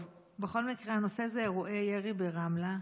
הנושא הוא אירועי ירי ברמלה.